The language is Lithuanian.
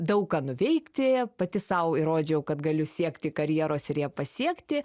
daug ką nuveikti pati sau įrodžiau kad galiu siekti karjeros ir ją pasiekti